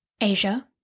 Asia